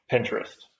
Pinterest